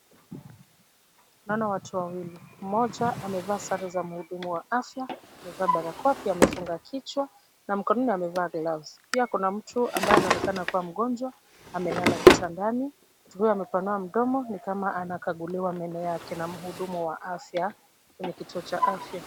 Naona watu wawili. Mmoja amevaa sare za mhudumu wa afya, amevaa barakoa, pia amefunga kichwa na mkononi amevaa gloves . Pia kuna mtu ambaye anaonekana kubwa mgonjwa na amelala kitandani. Mtu huyu amepanua mdomo ni kama anakaguliwa meno yake na mhudumu wa afya kwenye kituo cha afya.